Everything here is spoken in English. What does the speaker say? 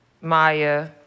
Maya